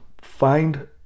find